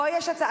אני רוצה להשיב.